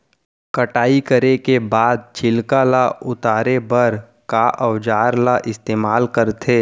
कटाई करे के बाद छिलका ल उतारे बर का औजार ल इस्तेमाल करथे?